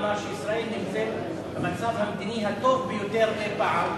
אמר שישראל נמצאת במצב המדיני הטוב ביותר אי-פעם.